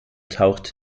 taucht